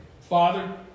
Father